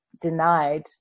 denied